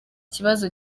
kibazo